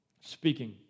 speaking